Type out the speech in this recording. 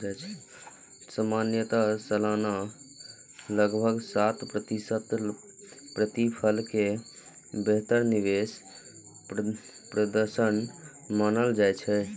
सामान्यतः सालाना लगभग सात प्रतिशत प्रतिफल कें बेहतर निवेश प्रदर्शन मानल जाइ छै